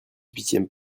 huitième